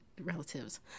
relatives